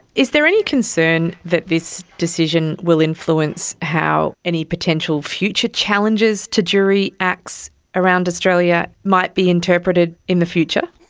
is there any concern that this decision will influence how any potential future challenges to jury acts around australia might be interpreted in the future?